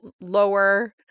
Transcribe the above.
lower